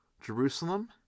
Jerusalem